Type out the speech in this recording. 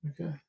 Okay